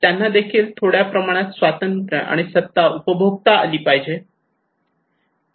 त्यांनादेखील थोड्या प्रमाणात स्वातंत्र्य आणि सत्ता उपभोगता आली पाहिजे